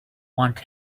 want